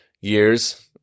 years